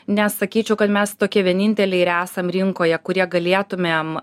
nes sakyčiau kad mes tokie vieninteliai ir esam rinkoje kurie galėtumėm